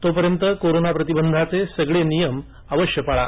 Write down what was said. तोपर्यंत कोरोना प्रतिबंधाचे सगळे नियम अवश्य पाळा